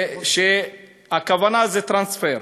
כשהכוונה היא טרנספר.